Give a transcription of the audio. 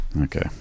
okay